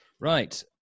Right